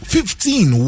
Fifteen